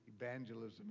evangelism